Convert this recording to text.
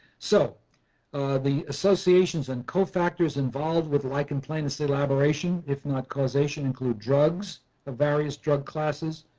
so the associations and cofactors involved with lichen planus elaboration if not causation including drugs of various drug classes.